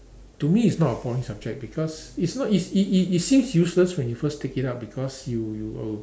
to me it's not a boring subject because it's not it's is is it's seems useless when you first take it up because you you uh